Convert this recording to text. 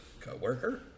co-worker